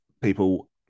people